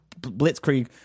Blitzkrieg